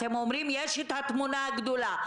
אתם אומרים שיש התמונה הגדולה.